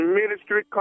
ministry